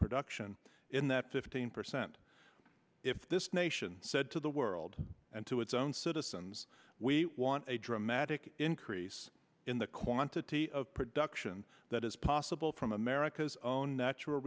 production in that fifteen percent if this nation said to the world and to its own citizens we want a dramatic increase in the quantity of production that is possible from america's own natural